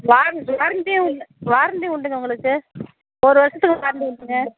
வார் வாரண்ட்டியும் உண் வாரண்ட்டியும் உண்டுங்க உங்களுக்கு ஒரு வருஷத்துக்கு வாரண்ட்டி உண்டுங்க